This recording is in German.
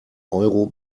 euro